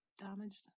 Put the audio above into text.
damaged